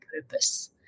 purpose